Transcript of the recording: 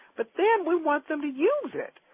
but then we want them to use it,